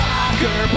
Soccer